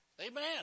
Amen